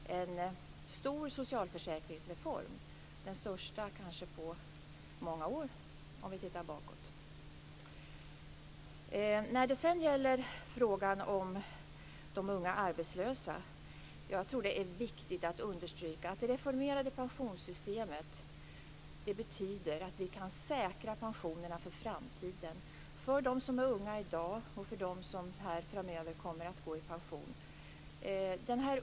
Det är en stor socialförsäkringsreform - kanske den största på många år, om vi tittar bakåt. När det sedan gäller frågan om de unga arbetslösa vill jag säga att jag tror att det är viktigt att understryka att det reformerade pensionssystemet betyder att vi kan säkra pensionerna för framtiden för dem som är unga i dag och för dem som kommer att gå i pension framöver.